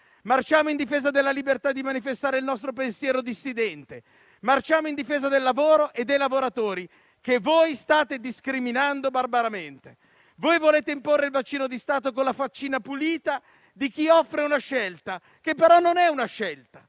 Marciamo in difesa della libertà di manifestare il nostro pensiero dissidente. Marciamo in difesa del lavoro e dei lavoratori, che voi state discriminando barbaramente. Voi volete imporre il vaccino di Stato con la faccina pulita di chi offre una scelta, che però non è una scelta,